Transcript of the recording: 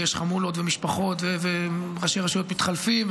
ויש חמולות ומשפחות וראשי רשויות מתחלפים.